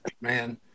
man